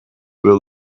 were